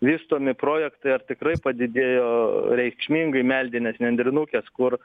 vystomi projektai ar tikrai padidėjo reikšmingai meldinės nendrinukės kur